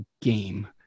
game